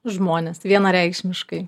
žmonės vienareikšmiškai